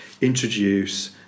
introduce